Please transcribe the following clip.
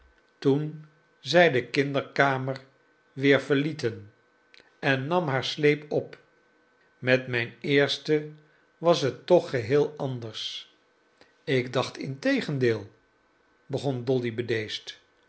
toen zij de kinderkamer weer verlieten en nam haar sleep op met mijn eerste was het toch geheel anders ik dacht integendeel begon dolly